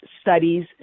studies